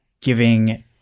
giving